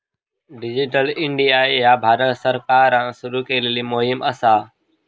digital India ह्या भारत सरकारान सुरू केलेली मोहीम असा